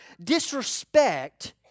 disrespect